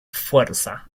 fuerza